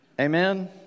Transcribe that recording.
amen